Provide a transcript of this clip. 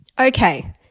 okay